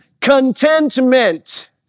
contentment